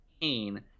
pain